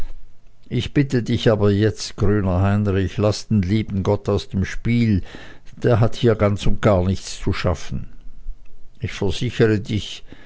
ich bitte dich aber jetzt grüner heinrich laß den lieben gott aus dem spiele der hat hier ganz und gar nichts zu schaffen ich versichere dich